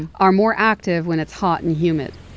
are more active when it's hot and humid.